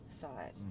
side